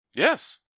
Yes